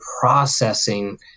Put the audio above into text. processing